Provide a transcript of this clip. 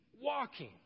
walking